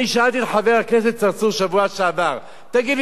אני שאלתי את חבר הכנסת צרצור בשבוע שעבר: תגיד לי,